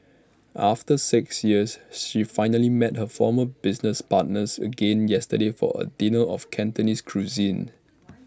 after six years she finally met her former business partners again yesterday for A dinner of Cantonese cuisine